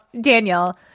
Daniel